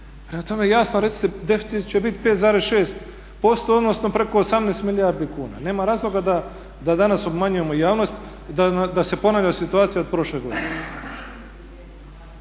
Prema tome, jasno recite deficit će biti 5,6% odnosno preko 18 milijardi kuna. Nema razloga da danas obmanjujemo javnost, da se ponavlja situacija od prošle godine.